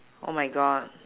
oh my god